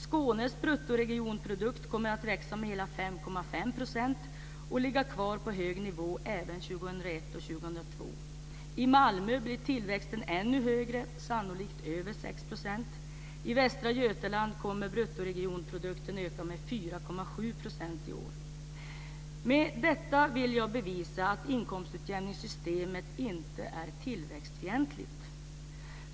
Skånes bruttoregionprodukt kommer att växa med hela 5,5 % och ligga kvar på hög nivå även 2001 och 2002. I Malmö blir tillväxten ännu högre, sannolikt över 6 %. I Västra Götaland kommer bruttoregionprodukten att öka med Med dessa citat vill jag bevisa att inkomstutjämningssystemet inte är tillväxtfientligt.